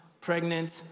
pregnant